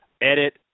edit